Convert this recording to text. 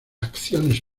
acciones